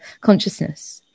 consciousness